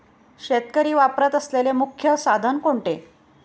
शेतकरी वापरत असलेले मुख्य साधन कोणते?